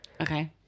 Okay